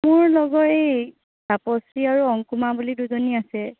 মোৰ লগৰ এই তাপশ্ৰী আৰু অংকুমা বুলি দুজনী আছে